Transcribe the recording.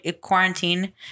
quarantine